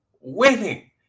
winning